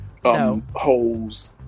Holes